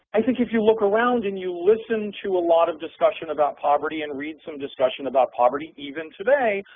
i think if you look around and you listen to a lot of discussion about poverty and read some discussion about poverty, even today,